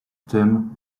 tym